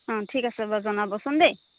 অঁ ঠিক আছে বাৰু জনাবচোন দেই